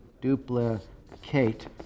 Duplicate